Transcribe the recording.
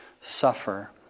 suffer